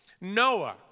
Noah